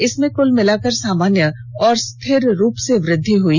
इसमें कुल मिलाकर सामान्य और स्थिर रूप से वृद्धि हई